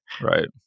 Right